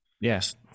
Yes